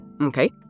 Okay